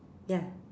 ya